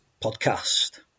podcast